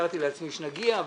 תיארתי לעצמי שנגיע,